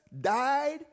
died